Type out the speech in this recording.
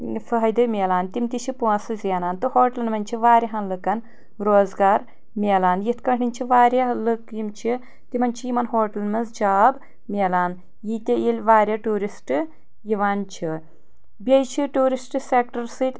فٲیدٕ مِلان تِم تہِ چھِ پونٛسہٕ زینان تہٕ ہوٹلن منٛز چھِ واریاہن لُکن روزگار مِلان یتھ کٲٹھۍ چھِ واریاہ لُکھ یم چھِ تمن چھ یمن ہوٹلن منٛز جاب مِلان ییٚتہِ ییٚلہِ واریاہ ٹیورسٹ یِوان چھِ بیٚیہِ چھِ ٹیورسٹ سیٚکٹر سۭتۍ